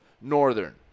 Northern